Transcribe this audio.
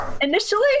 initially